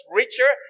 richer